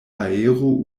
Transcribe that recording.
aero